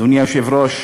אדוני היושב-ראש,